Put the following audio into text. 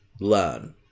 learn